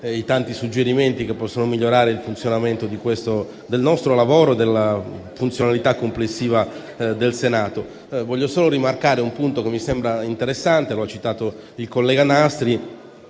Grazie a tutti